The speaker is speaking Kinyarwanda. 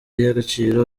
y’agaciro